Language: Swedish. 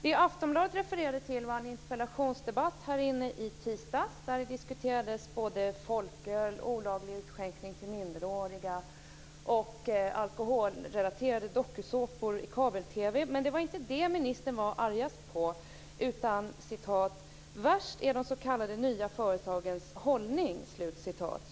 Vad Aftonbladet refererar till är en interpellationsdebatt här i kammaren i tisdags där det diskuterades folköl, olaglig utskänkning till minderåriga och alkoholrelaterade "dokusåpor" i kabel-TV. Men det var inte det som ministern var argast på, utan det handlade om att "värst är de s.k. nya företagens hållning".